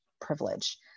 privilege